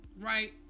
right